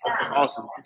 awesome